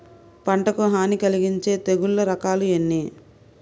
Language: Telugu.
పంటకు హాని కలిగించే తెగుళ్ళ రకాలు ఎన్ని?